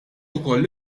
ukoll